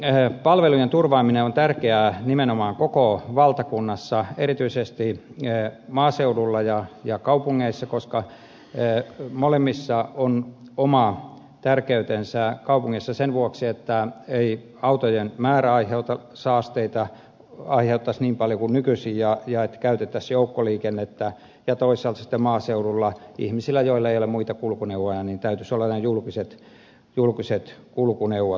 tämä palvelujen turvaaminen on tärkeää nimenomaan koko valtakunnassa erityisesti maaseudulla ja kaupungeissa koska molemmissa on oma tärkeytensä kaupungeissa sen vuoksi ettei autojen määrä aiheuttaisi saasteita niin paljon kuin nykyisin ja että käytettäisiin joukkoliikennettä ja toisaalta sitten maaseudulla ihmisillä joilla ei ole muita kulkuneuvoja täytyisi olla nämä julkiset kulkuneuvot